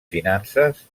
finances